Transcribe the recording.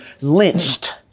lynched